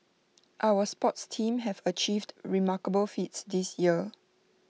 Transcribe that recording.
our sports teams have achieved remarkable feats this year